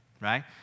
right